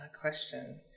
question